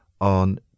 on